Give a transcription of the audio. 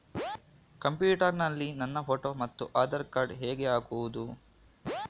Computer ನಲ್ಲಿ ನನ್ನ photo ಮತ್ತು ಆಧಾರ್ ಕಾರ್ಡ್ ಹೇಗೆ ಹಾಕುವುದು?